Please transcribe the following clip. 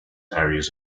areas